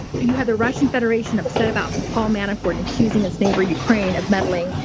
you had the russian federation upset about paul manafort and accusing its neighbor ukraine of meddling,